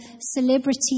celebrity